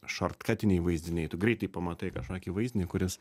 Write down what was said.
šortkatiniai vaizdiniai tu greitai pamatai kažkokį vaizdinį kuris